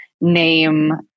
name